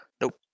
Nope